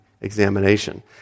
examination